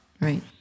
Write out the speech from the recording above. Right